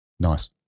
Nice